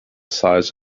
size